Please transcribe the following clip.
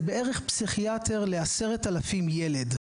זה בערך פסיכיאטר ל- 10 אלפים ילד,